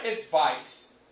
advice